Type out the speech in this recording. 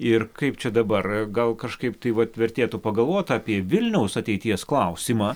ir kaip čia dabar gal kažkaip tai vat vertėtų pagalvot apie vilniaus ateities klausimą